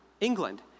England